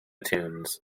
tunes